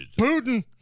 Putin